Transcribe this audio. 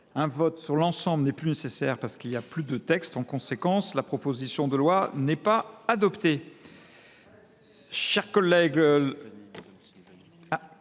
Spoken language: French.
un vote sur l’ensemble n’est pas nécessaire, puisqu’il n’y a plus de texte. En conséquence, la proposition de loi n’est pas adoptée.